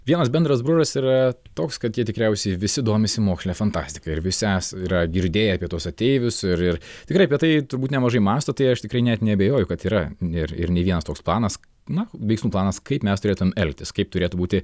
vienas bendras bruožas yra toks kad jie tikriausiai visi domisi moksline fantastika ir visi es yra girdėję apie tuos ateivius ir ir tikrai apie tai turbūt nemažai mąsto tai aš tikrai net neabejoju kad yra ir ir nei vienas toks planas na veiksmų planas kaip mes turėtumėm elgtis kaip turėtų būti